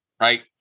right